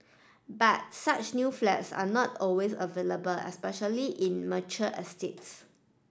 but such new flats are not always available especially in mature estates